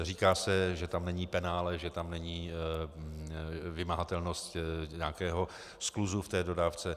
Říká se, že tam není penále, že tam není vymahatelnost nějakého skluzu v té dodávce.